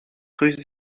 russes